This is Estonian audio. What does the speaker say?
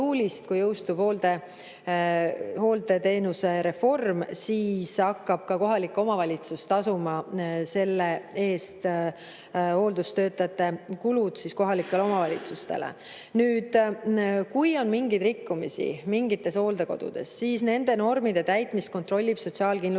kui jõustub hooldeteenuse reform, siis hakkab ka kohalik omavalitsus tasuma selle eest – hooldustöötajate kulud [lähevad] kohalikele omavalitsustele. Kui on mingeid rikkumisi mingites hooldekodudes, siis nende normide täitmist kontrollib Sotsiaalkindlustusamet.